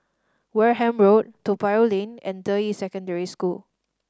Wareham Road Toa Payoh Lane and Deyi Secondary School